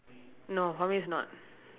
no half is not